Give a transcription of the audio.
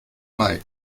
mai